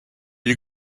you